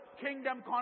kingdom